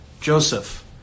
Joseph